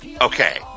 Okay